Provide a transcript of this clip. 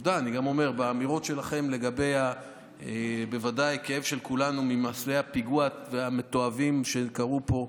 הממשלה שלך, חוק כזה לא הייתה מסוגלת להביא לכנסת.